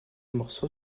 morceau